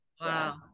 Wow